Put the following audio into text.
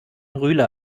rühle